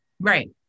right